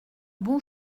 bon